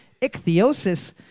ichthyosis